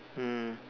mm